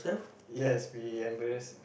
yes we embarrass